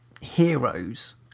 heroes